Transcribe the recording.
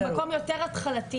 זה מקום יותר התחלתי.